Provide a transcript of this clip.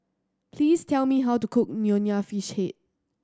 please tell me how to cook Nonya Fish Head